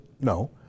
No